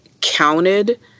counted